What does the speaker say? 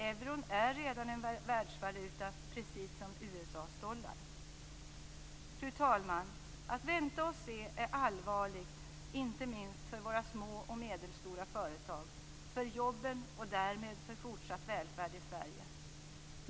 Euron är redan en världsvaluta precis som USA:s dollar. Fru talman! Att vänta och se är allvarligt inte minst för våra små och medelstora företag. Det är allvarligt för jobben och därmed för den fortsatta välfärden i Sverige.